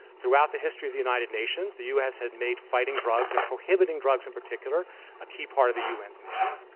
throughout the history of the united nations the us has made fighting drugs and prohibiting drugs in particular a key part of the un's mission.